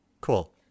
Cool